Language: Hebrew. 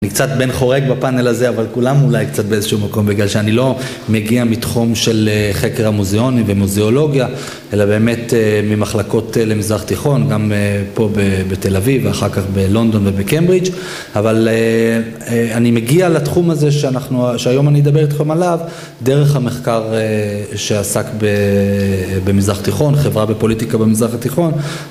אני קצת בן חורג בפאנל הזה אבל כולם אולי קצת באיזשהו מקום בגלל שאני לא מגיע מתחום של חקר המוזיאוני ומוזיאולוגיה אלא באמת ממחלקות למזרח תיכון גם פה בתל אביב ואחר כך בלונדון ובקמברידג' אבל אני מגיע לתחום הזה שהיום אני אדבר אתכם עליו דרך המחקר שעסק במזרח תיכון חברה בפוליטיקה במזרח התיכון